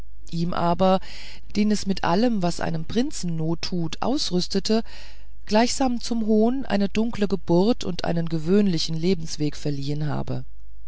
ihm aber den es mit allem was einem prinzen not tut ausrüstete gleichsam zum hohn eine dunkle geburt und einen gewöhnlichen lebensweg verliehen habe